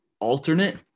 alternate